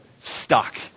stuck